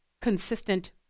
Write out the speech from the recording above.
consistent